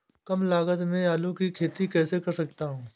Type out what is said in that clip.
कम लागत में आलू की खेती कैसे कर सकता हूँ?